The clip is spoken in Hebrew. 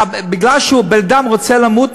בגלל שבן-אדם רוצה למות,